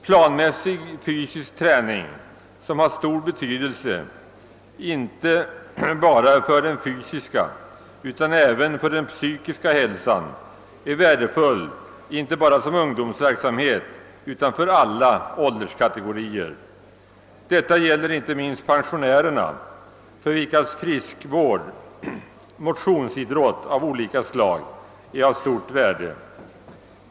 Planmässig fysisk träning har stor betydelse inte bara för den fysiska utan också för den psykiska hälsan och är värdefull såväl för ungdomsverksamhet som för alla andra ålderskategorier. Det gäller inte minst pensionärerna för vilkas hälsovård motionsidrott av olika slag har stort värde.